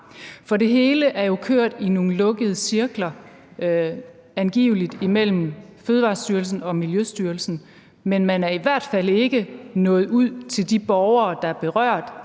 har. Det hele er jo kørt i nogle lukkede cirkler, angiveligt imellem Fødevarestyrelsen og Miljøstyrelsen, men man er i hvert fald ikke nået ud til de borgere, der er berørt